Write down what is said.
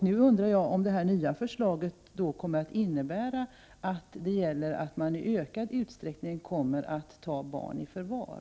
Nu undrar jag om det nya förslaget kommer att innebära att man i ökad utsträckning kommer att ta barn i förvar.